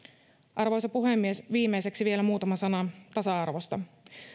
arvoisa puhemies viimeiseksi vielä muutama sana tasa arvosta